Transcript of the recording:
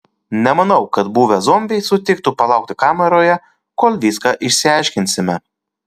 nemanau kad buvę zombiai sutiktų palaukti kameroje kol viską išsiaiškinsime